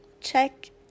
check